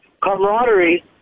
camaraderie